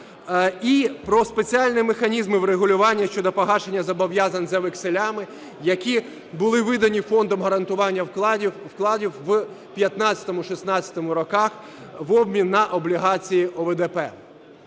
і про спеціальні механізми врегулювання щодо погашення зобов'язань за векселями, які були видані Фондом гарантування вкладів в 2015-2016 роках в обмін на облігації ОВДП.